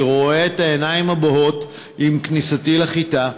אני רואה את העיניים הבוהות עם כניסתי לכיתה,